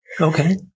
Okay